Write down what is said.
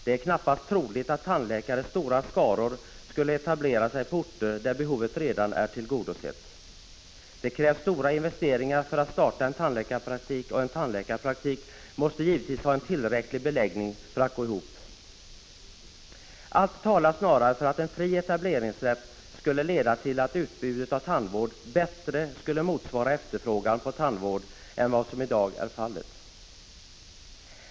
Det är knappast troligt att tandläkare i stora skaror skulle etablera sig på orter där behovet redan är tillgodosett. Det krävs stora investeringar för att starta en tandläkarpraktik, och en tandläkarpraktik måste givetvis ha en tillräcklig beläggning för att gå ihop. Allt talar snarare för att en fri etableringsrätt skulle leda till att utbudet av tandvård bättre skulle motsvara efterfrågan på tandvård än vad som i dag är fallet.